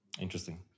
Interesting